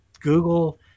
Google